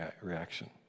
reaction